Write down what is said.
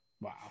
Wow